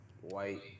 White